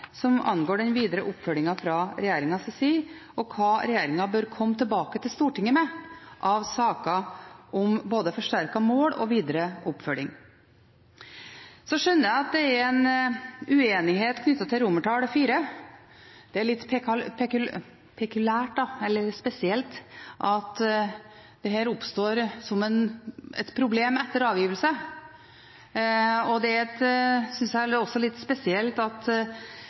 som angår den videre oppfølgingen fra regjeringens side og hva regjeringen bør komme tilbake til Stortinget med av saker om både forsterket mål og videre oppfølging. Så skjønner jeg at det er en uenighet knyttet til IV. Det er litt pekuliært, da, eller spesielt, at dette oppstår som et problem etter avgivelsen av innstillingen, og jeg synes også at det er litt spesielt at